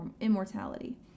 immortality